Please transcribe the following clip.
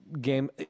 game